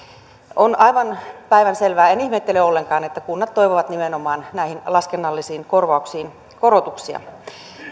on aivan päivänselvää ja en ihmettele ollenkaan että kunnat toivovat nimenomaan näihin laskennallisiin korvauksiin korotuksia